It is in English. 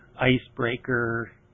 icebreaker